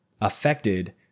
affected